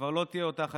כבר לא תהיה אותה חגיגה.